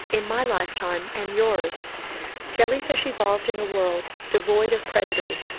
in my lifetime and yours jellyfish evolved in a world devoid of predators,